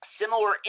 similar